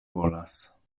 volas